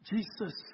Jesus